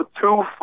Two